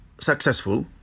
successful